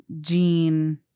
Gene